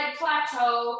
plateau